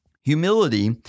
Humility